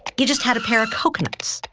you just had a pair of coconuts?